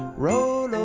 roll